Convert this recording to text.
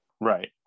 right